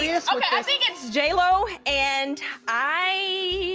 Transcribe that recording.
yeah so yeah i think it's jlo and i,